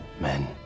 men